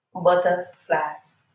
butterflies